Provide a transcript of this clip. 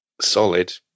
solid